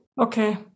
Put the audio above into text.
Okay